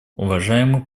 уважаемый